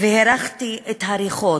והרחתי את הריחות,